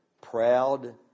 proud